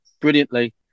brilliantly